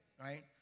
right